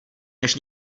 než